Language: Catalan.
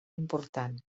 important